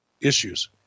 issues